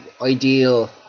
ideal